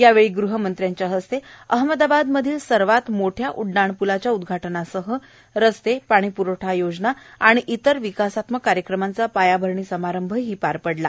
यावेळी गृहमंत्र्यांच्या हस्ते अहमदाबाद मधील सर्वात मोठ्या उड्डाणप्लाच्या उद्घाटनासह रस्ते पाणी प्रवठा योजना आणि इतर विकासात्मक कार्यक्रमांचा पायाभरणी समारंभही शहा यांच्या हस्ते पार पडला